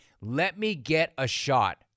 let-me-get-a-shot